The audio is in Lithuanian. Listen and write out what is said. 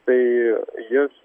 tai jis